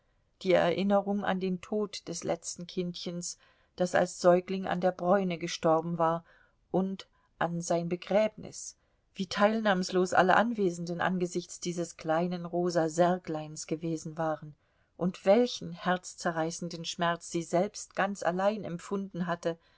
die erinnerung an den tod des letzten kindchens das als säugling an der bräune gestorben war und an sein begräbnis wie teilnahmlos alle anwesenden angesichts dieses kleinen rosa särgleins gewesen waren und welchen herzzerreißenden schmerz sie selbst ganz allein empfunden hatte